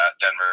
denver